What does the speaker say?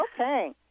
Okay